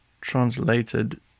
translated